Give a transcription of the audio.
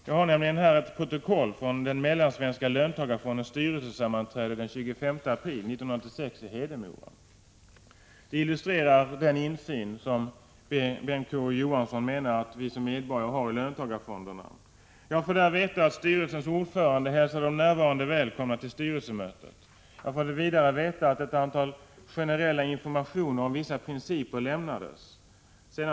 Jag har här ett protokoll från den Mellansvenska löntagarfondens styrelsesammanträde den 25 april 1986 i Hedemora. Det illustrerar den insyn som Bengt K. Å. Johansson menar att vi som medborgare har i löntagarfonderna. Av protokollet får man veta att styrelsens ordförande hälsade de närvarande välkomna till styrelsemötet. Jag får vidare veta att ett antal generella informationer om vissa principer lämnades.